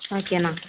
ஓகேண்ணா